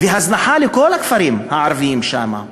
והזנחה של כל הכפרים הערביים שם.